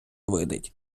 видить